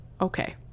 Okay